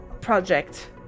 project